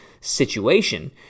situation